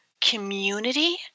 community